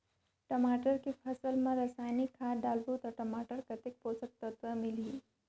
टमाटर के फसल मा रसायनिक खाद डालबो ता टमाटर कतेक पोषक तत्व मिलही?